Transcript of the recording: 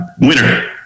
Winner